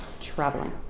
traveling